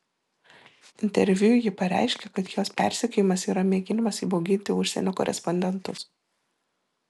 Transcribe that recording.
interviu ji pareiškė kad jos persekiojimas yra mėginimas įbauginti užsienio korespondentus